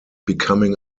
becoming